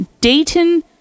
Dayton